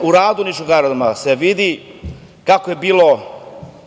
u radu niškog aerodroma se vidi kako je bilo